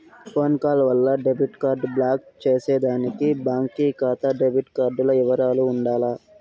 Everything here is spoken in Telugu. ఫోన్ కాల్ వల్ల డెబిట్ కార్డు బ్లాకు చేసేదానికి బాంకీ కాతా డెబిట్ కార్డుల ఇవరాలు ఉండాల